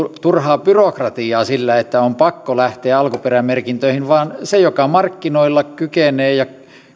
turhaa byrokratiaa sillä että on pakko lähteä alkuperämerkintöihin vaan se joka markkinoilla kykenee ja